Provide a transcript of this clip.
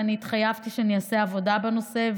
ואני התחייבתי שאני אעשה עבודה בנושא,